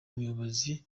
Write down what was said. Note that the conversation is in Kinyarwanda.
muyobozi